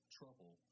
trouble